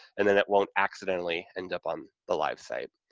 and then it won't accidentally end up on the live site.